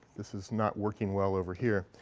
this is not working well over here.